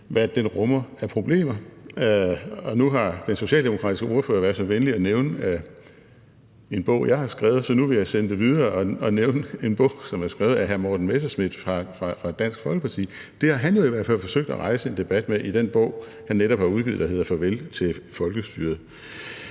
hvad den rummer af problemer. Og nu har den socialdemokratiske ordfører været så venlig at nævne en bog, jeg har skrevet, så nu vil jeg sende det videre og nævne en bog, som er skrevet af hr. Morten Messerschmidt fra Dansk Folkeparti, og det har han jo i hvert fald forsøgt at rejse en debat med i den bog, han netop er udgivet, der hedder »Farvel til folkestyret«.